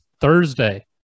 Thursday